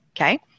okay